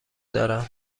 دارم